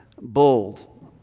bold